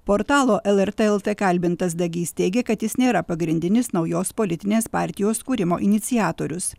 portalo lrt lt kalbintas dagys teigė kad jis nėra pagrindinis naujos politinės partijos kūrimo iniciatorius